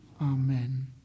Amen